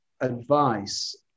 advice